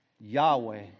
Yahweh